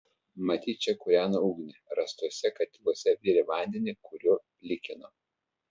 matyt čia kūreno ugnį rastuose katiluose virė vandenį kuriuo plikino